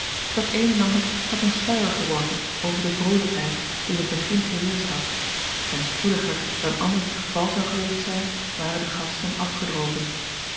dat een en ander had een sluier geworpen over de vrolijkheid die in t begin geheerscht had en spoediger dan anders het geval zou geweest zijn waren de gasten afgedropen